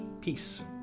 Peace